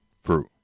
fruit